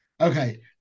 Okay